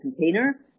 container